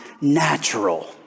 natural